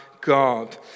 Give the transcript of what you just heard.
God